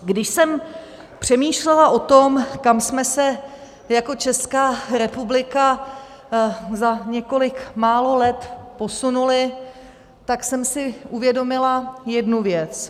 Když jsem přemýšlela o tom, kam jsme se jako Česká republika za několik málo let posunuli, tak jsem si uvědomila jednu věc.